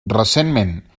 recentment